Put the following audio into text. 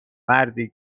مردی